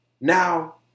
Now